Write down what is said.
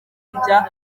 rya